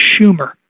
Schumer